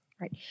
Right